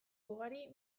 ugari